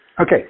Okay